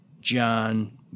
John